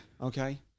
Okay